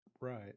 Right